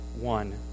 One